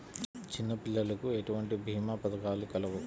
చిన్నపిల్లలకు ఎటువంటి భీమా పథకాలు కలవు?